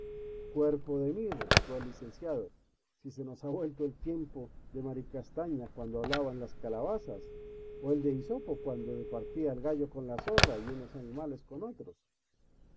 cuerpo de mí replicó el licenciado si se nos ha vuelto el tiempo de maricastaña cuando hablaban las calabazas o el de isopo cuando departía el gallo con la zorra y unos animales con otros